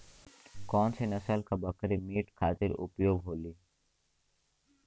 कौन से नसल क बकरी मीट खातिर उपयोग होली?